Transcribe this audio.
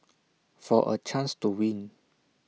for A chance to win